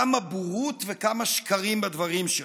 כמה בורות וכמה שקרים הדברים שלו.